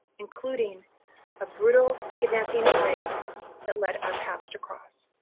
including a brutal kidnapping and rape that led our paths to across.